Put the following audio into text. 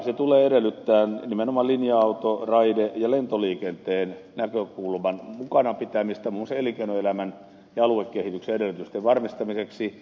se tulee edellyttämään nimenomaan linja auto raide ja lentoliikenteen näkökulman mukana pitämistä muun muassa elinkeinoelämän ja aluekehityksen edellytysten varmistamiseksi